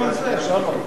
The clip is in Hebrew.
הבא.